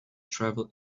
travel